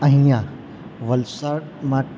અહીં વલસાડમાં